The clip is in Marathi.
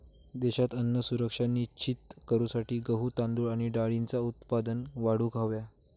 देशात अन्न सुरक्षा सुनिश्चित करूसाठी गहू, तांदूळ आणि डाळींचा उत्पादन वाढवूक हव्या